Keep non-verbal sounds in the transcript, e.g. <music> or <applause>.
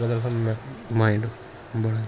<unintelligible>